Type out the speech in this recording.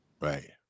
right